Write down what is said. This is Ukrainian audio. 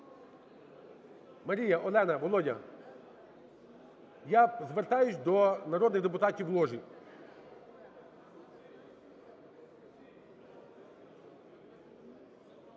Марія, Олена, Володя, я звертаюсь до народних депутатів в ложі.